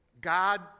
God